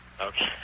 Okay